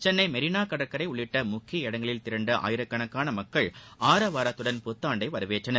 சென்னையில் மெரினா கடற்கரை உள்ளிட்ட முக்கிய இடங்களில் திரண்ட ஆயிரக்கணக்காள மக்கள் ஆரவாரத்துடன் புத்தாண்டை வரவேற்றனர்